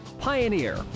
Pioneer